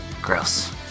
gross